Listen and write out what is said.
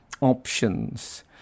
options